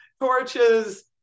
torches